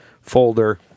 folder